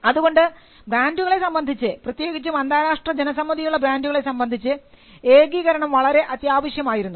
അതുകൊണ്ട് ബ്രാൻഡുകളെ സംബന്ധിച്ച് പ്രത്യേകിച്ചും അന്താരാഷ്ട്ര ജനസമ്മതിയുള്ള ബ്രാൻഡുകളെ സംബന്ധിച്ച് ഏകീകരണം വളരെ അത്യാവശ്യമായിരുന്നു